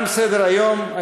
תם סדר-היום.